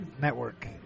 Network